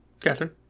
Catherine